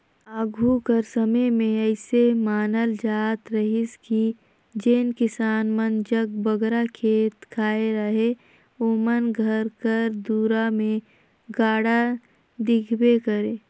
आघु कर समे मे अइसे मानल जात रहिस कि जेन किसान मन जग बगरा खेत खाएर अहे ओमन घर कर दुरा मे गाड़ा दिखबे करे